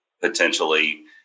potentially